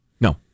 No